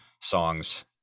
songs